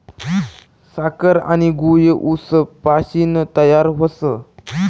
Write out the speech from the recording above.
साखर आनी गूय ऊस पाशीन तयार व्हस